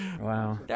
Wow